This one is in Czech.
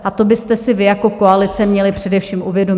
A to byste si vy jako koalice měli především uvědomit.